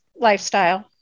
lifestyle